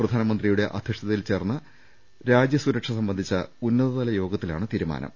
പ്രധാനമന്ത്രിയുടെ അധ്യക്ഷതയിൽ ചേർന്ന രാജ്യസുരക്ഷ സംബന്ധിച്ച ഉന്നതതല യോഗത്തിലാണ് തീരു മാനം